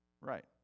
Right